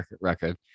record